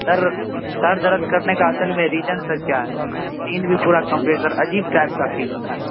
سر سر درد کرنے کا اصل میں ریزن سر کیا ہے نیند بھی تھوڑا کمپلیٹ سر عجیب ٹائپ کا فیل ہوتا ہے